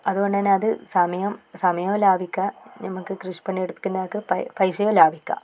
അതുകൊണ്ട് തന്നെ അത് സമയം സമയവും ലാഭിക്കാം ഞമ്മക്ക് കൃഷിപ്പണി എടുക്കുന്ന ആൾക്ക് പൈസയും ലാഭിക്കാം